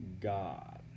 god